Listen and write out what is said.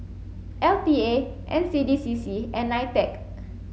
L T A N C D C C and NITEC